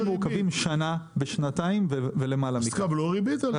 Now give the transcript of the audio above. מעוכבים שנה ושנתיים ואף למעלה מכך.